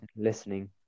listening